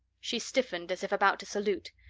she stiffened as if about to salute.